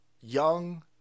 young